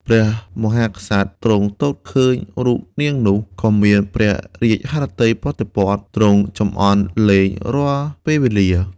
ព្រះមហាក្សត្រទ្រង់ទតឃើញរូបនាងនោះ ក៏មានព្រះរាជហឫទ័យប្រតិព័ទ្ធ ទ្រង់ចំអន់លេងរាល់ពេលវេលា។